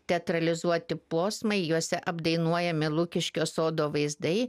teatralizuoti posmai juose apdainuojami lukiškių sodo vaizdai